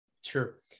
Sure